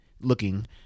looking